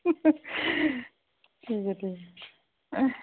ਠੀਕ ਹੈ ਠੀਕ ਹੈ